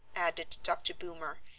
added dr. boomer,